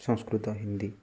Sanskrit Hindi